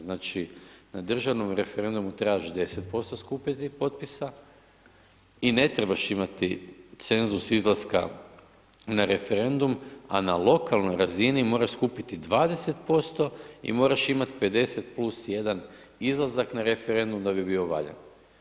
Znači, na državnom referendumu trebaš 10% skupiti potpisa i ne trebaš imati cenzus izlaska na referendum, a na lokalnoj razini moraš skupiti 20% i moraš imati 50 plus 1 izlazak na referendum da bi bio valjan.